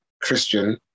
Christian